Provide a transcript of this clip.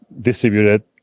distributed